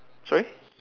sorry